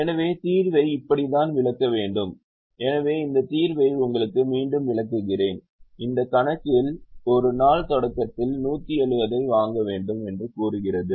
எனவே தீர்வை இப்படித்தான் விளக்க வேண்டும் எனவே இந்த தீர்வை உங்களுக்காக மீண்டும் விளக்குகிறேன் இந்த கணக்கில் ஒரு நாள் தொடக்கத்தில் 170 ஐ வாங்க வேண்டும் என்று கூறுகிறது